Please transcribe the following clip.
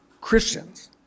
Christians